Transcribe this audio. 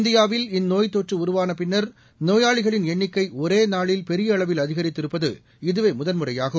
இந்தியாவில் இந்நோய்த்தொற்றுஉருவானபின்னர் நோயாளிகளின் எண்ணிக்கைஒரேநாளில் பெரியஅளவில் அதிகரித்து இருப்பது இதுவேமுதன்முறையாகும்